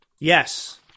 Yes